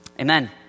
amen